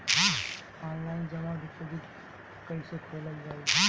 Online जमा deposit कैसे खोलल जाइ?